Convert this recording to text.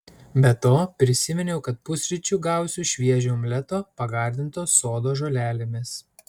be to prisiminiau kad pusryčių gausiu šviežio omleto pagardinto sodo žolelėmis